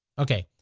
ok,